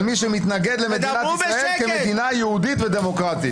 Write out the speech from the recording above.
מי שמתנגד למדינת ישראל כמדינה יהודית ודמוקרטית".